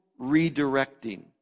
redirecting